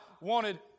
wanted